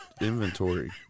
inventory